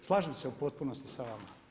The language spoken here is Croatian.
Slažem se u potpunosti sa vama.